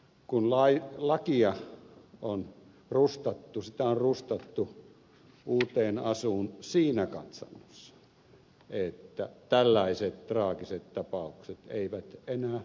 kun lakia on rustattu sitä on rustattu uuteen asuun siinä katsannossa että tällaiset traagiset tapaukset eivät enää toistuisi